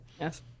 Yes